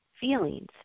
feelings